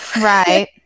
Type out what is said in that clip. right